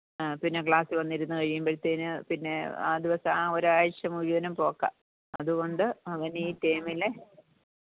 പിന്നെ ക്ലാസിൽ വന്നിരുന്നു കഴിയുമ്പോഴത്തേന് പിന്നെ ആ ദിവസം ആ ഒരാഴ്ച മുഴുവനും പോക്കാണ് അതുകൊണ്ട് അവൻ ഈ ടേമിൽ